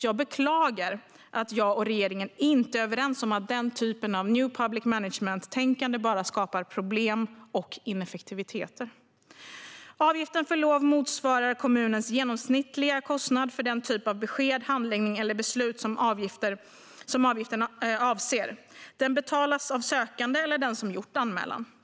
Jag beklagar att jag och regeringen inte är överens om att den typen av new public management-tänkande bara skapar problem och ineffektivitet. Avgiften för lov motsvarar kommunernas genomsnittliga kostnad för den typ av besked, handläggning eller beslut som avgiften avser. Den betalas av den sökande eller den som gjort anmälan.